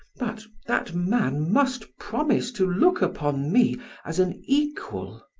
but that man must promise to look upon me as an equal,